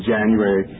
January